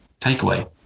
takeaway